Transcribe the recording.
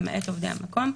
למעט עובדי המקום,